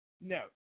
No